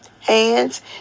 hands